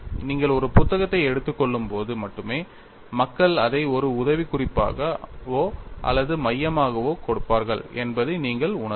நீங்கள் ஒரு புத்தகத்தை எடுத்துக் கொள்ளும்போது மட்டுமே மக்கள் அதை ஒரு உதவிக் குறிப்பாகவோ அல்லது மையமாகவோ கொடுப்பார்கள் என்பதை நீங்கள் உணருவீர்கள்